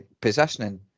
positioning